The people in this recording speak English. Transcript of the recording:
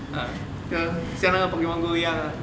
ah 跟像那个 Pokemon go 一样啊